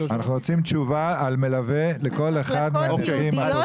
אנחנו רוצים תשובה על מלווה לכל אחד מהמקרים האלה.